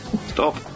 Stop